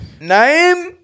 Name